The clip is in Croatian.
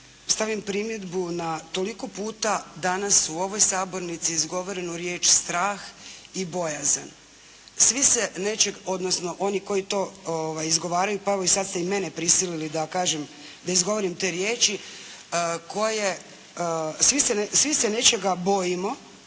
stavim primjedbu na toliko puta danas u ovoj Sabornici izgovorenu riječ strah i bojazan. Svi se nečega, odnosno oni koji to izgovaraju, pa evo sada ste i mene prisilili da kažem da izgovorim te riječi koje, svi se nečega bojimo